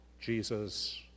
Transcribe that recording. Jesus